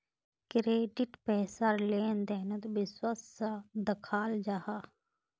credit पैसार लें देनोत विश्वास सा दखाल जाहा